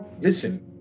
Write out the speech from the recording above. Listen